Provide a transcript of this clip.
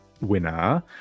winner